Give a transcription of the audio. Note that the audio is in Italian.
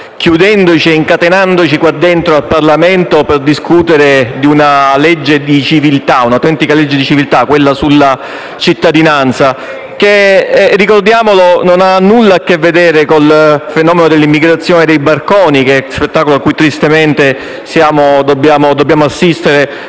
chiudendoci e incatenandoci qua dentro per discutere di un'autentica legge di civiltà, quella sulla cittadinanza, che - ricordiamolo - non ha nulla a che vedere con il fenomeno dell'immigrazione dei barconi, spettacolo a cui tristemente dobbiamo assistere